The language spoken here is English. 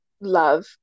love